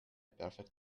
perfect